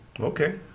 Okay